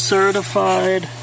Certified